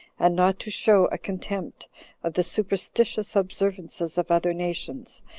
and not to show a contempt of the superstitious observances of other nations,